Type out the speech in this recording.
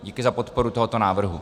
Díky za podporu tohoto návrhu.